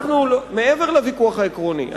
מעבר לוויכוח העקרוני.